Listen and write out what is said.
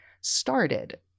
started